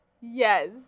Yes